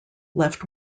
left